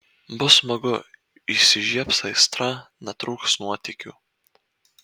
bus smagu įsižiebs aistra netrūks nuotykių